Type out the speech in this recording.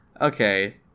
Okay